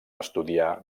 estudià